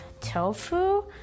tofu